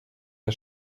der